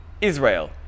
Israel